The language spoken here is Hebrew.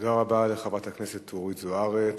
תודה רבה לחברת הכנסת אורית זוארץ.